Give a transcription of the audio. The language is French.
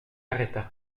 arrêta